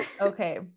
Okay